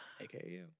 AKA